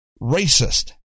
racist